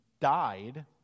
died